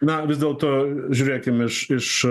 na vis dėlto žiūrėkim iš iš